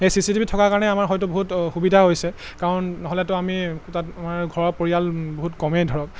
সেই C C T V থকাৰ কাৰণে আমাৰ হয়তো বহুত সুবিধা হৈছে কাৰণ নহ'লেতো আমি তাত আমাৰ ঘৰৰ পৰিয়াল বহুত কমেই ধৰক